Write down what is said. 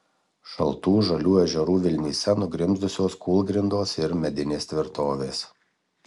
šaltų žalių ežerų vilnyse nugrimzdusios kūlgrindos ir medinės tvirtovės